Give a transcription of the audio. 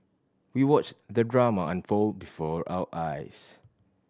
we watched the drama unfold before our eyes